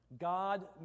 God